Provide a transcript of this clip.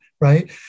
right